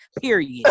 Period